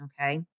okay